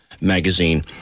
magazine